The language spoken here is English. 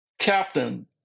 captain